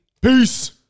Peace